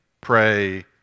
pray